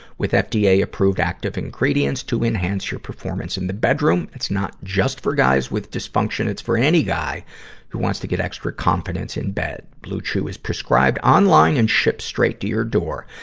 with ah fda-approved active ingredients to enhance your performance in the bedroom. it's not just for guys with dysfunction it's for any guy who wants to get extra confidence in bed. blue chew is prescribed online and ships straight to your door.